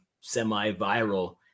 semi-viral